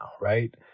right